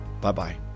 bye-bye